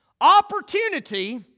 Opportunity